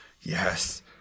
Yes